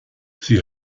sie